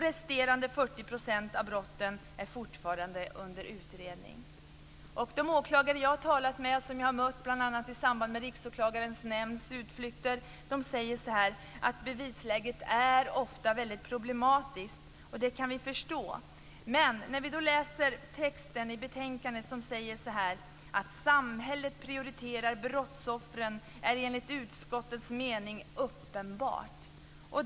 Resterande 40 % av brotten är fortfarande under utredning. De åklagare jag har mött bl.a. i samband med utflykter med Riksåklagarens nämnd säger att bevisläget ofta är problematiskt. Det kan vi förstå. Men i betänkandet kan vi läsa att det enligt utskottets mening är uppenbart att samhället prioriterar brottsoffren.